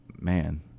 Man